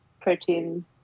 protein